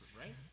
right